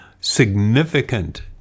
significant